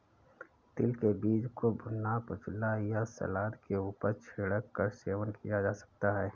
तिल के बीज को भुना, कुचला या सलाद के ऊपर छिड़क कर सेवन किया जा सकता है